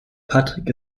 patrick